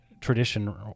tradition